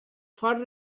fonts